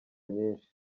nyinshi